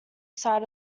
side